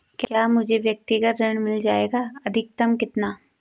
क्या मुझे व्यक्तिगत ऋण मिल जायेगा अधिकतम कितना?